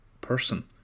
person